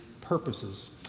purposes